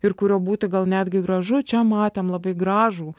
ir kuriuo būti gal netgi gražu čia matėm labai gražų